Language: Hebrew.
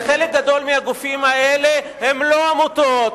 אבל חלק גדול מהגופים האלה הם לא עמותות,